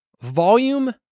volume